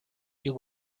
you